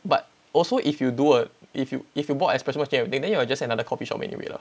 but also if you do a if you if you bought espresso machine and everything then you're just another coffee shop anyway lah